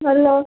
hello